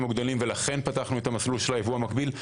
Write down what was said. הגדולים ולכן פתחנו את המסלול של הייבוא המגביל.